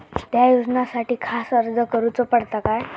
त्या योजनासाठी खास अर्ज करूचो पडता काय?